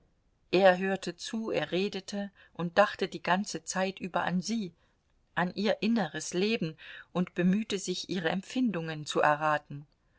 er hörte zu er redete und dachte die ganze zeit über an sie an ihr inneres leben und bemühte sich ihre empfindungen zu erraten